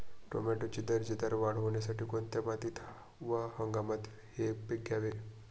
टोमॅटोची दर्जेदार वाढ होण्यासाठी कोणत्या मातीत व हंगामात हे पीक घ्यावे?